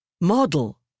model